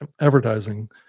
advertising